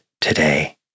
today